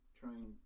trying